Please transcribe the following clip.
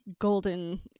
golden